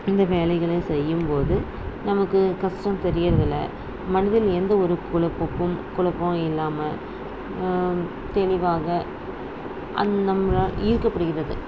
இந்த வேலைகளை செய்யும் போது நமக்கு கஷ்டம் தெரியறதில்லை மனதில் எந்த ஒரு குழப்பமும் குழப்பம் இல்லாமல் தெளிவாக அது நம்மளை ஈர்க்கப்படுகிறது